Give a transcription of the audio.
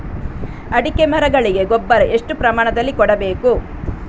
ಅಡಿಕೆ ಮರಗಳಿಗೆ ಗೊಬ್ಬರ ಎಷ್ಟು ಪ್ರಮಾಣದಲ್ಲಿ ಕೊಡಬೇಕು?